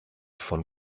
von